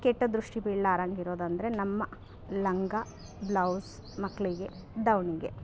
ಕೆಟ್ಟ ದೃಷ್ಟಿ ಬಿಳ್ಲಾರಂಗೆ ಇರೋದು ಅಂದರೆ ನಮ್ಮ ಲಂಗ ಬ್ಲೌಸ್ ಮಕ್ಕಳಿಗೆ ದಾವಣಿಗೆ